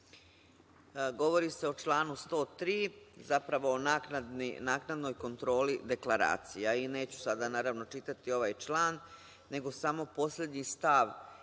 Govori se o članu 103, zapravo naknadnoj kontroli deklaracija. Neću sada, naravno čitati ovaj član, nego samo poslednji stav